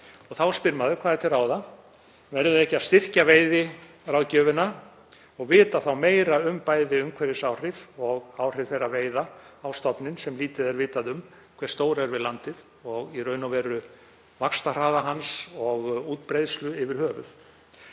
Þá spyr maður: Hvað er til ráða? Verðum við ekki að styrkja veiðiráðgjöfina og vita þá meira um bæði umhverfisáhrif og áhrif þeirra veiða á stofninn, sem lítið er vitað um hve stór er við landið, og í raun og veru vaxtarhraða hans og útbreiðslu yfir höfuð?